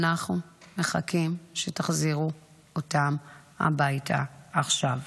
אנחנו מחכים שתחזירו אותם הביתה עכשיו.